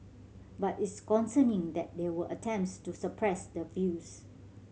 but it's concerning that there were attempts to suppress the views